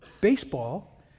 baseball